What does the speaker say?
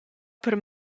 per